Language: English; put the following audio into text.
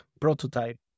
prototype